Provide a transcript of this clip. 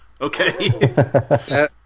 Okay